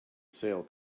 sale